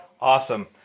Awesome